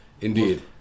Indeed